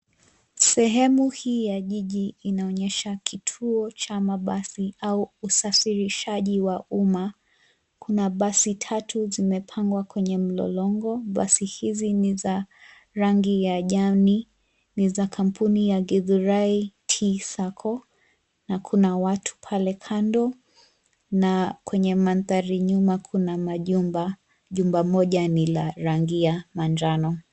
Sehemu hii ya mji inaonyesha kituo cha mabasi au usafirishaji wa umma. Kuna basi tatu zimepangwa kwenye mlolongo, basi hizi ni za rangi ya jani, ni za kampuni ya Githurai TSacco, na kuna watu pale kando. Na kwenye mandhari nyuma kuna majumba, jumba moja ni la rangi ya manjano